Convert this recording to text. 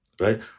right